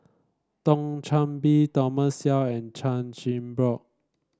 Thio Chan Bee Thomas Yeo and Chan Chin Bock